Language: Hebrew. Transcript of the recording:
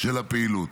של הפעילות.